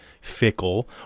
fickle